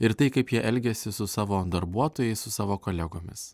ir tai kaip jie elgiasi su savo darbuotojais su savo kolegomis